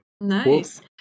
Nice